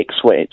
switch